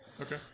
Okay